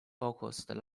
focused